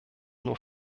nur